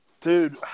Dude